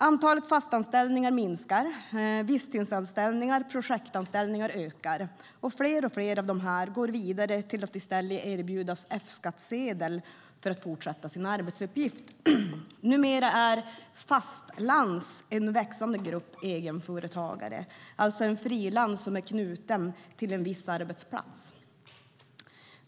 Antalet fastanställningar minskar. Visstidsanställningar och projektanställningar ökar, och fler och fler av dessa går vidare till att i stället erbjudas F-skattsedel för att fortsätta sin arbetsuppgift. Numera är fastlans en växande grupp egenföretagare. En fastlans är en frilans som är knuten till en viss arbetsplats.